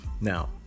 now